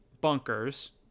bunkers